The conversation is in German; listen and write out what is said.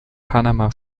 panama